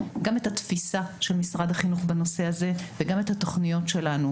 גם את התפיסה של משרד החינוך בנושא הזה וגם את התוכניות שלנו,